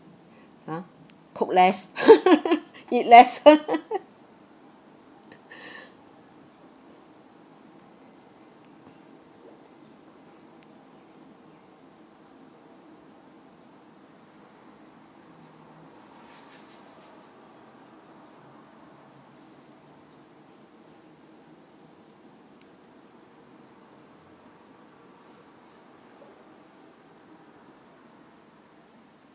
!huh! cook less eat less